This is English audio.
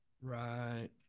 Right